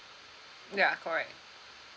ya correct